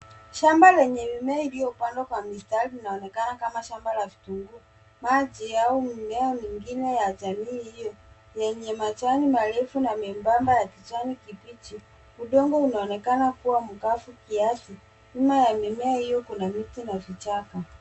Shamba lenye mimea iliyopandwa kwa mistari inaonekana kama shamba la vitunguu. Maji au mimea mingine ya jamii yenye majani marefu na miembamba ya kijani kibichi. Udongo unaonekana kuwa mkavu kiasi, nyuma ya mimea hiyo kuna miti na vichaka.